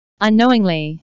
unknowingly